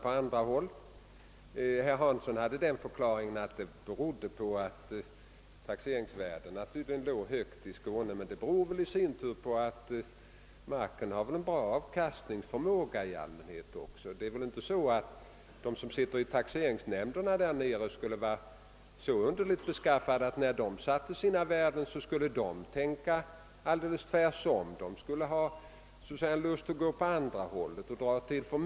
Herr Hansson i Skegrie har den förklaringen att taxeringsvärdena är höga i Skåne, men det beror väl i sin tur på att marken där i allmänhet har bra avkastningsförmåga. De som sitter i taxeringsnämnderna i Skåne är väl inte så underligt beskaffade att de tänker tvärtom mot dem som sitter i andra taxeringsnämnder.